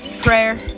prayer